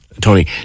Tony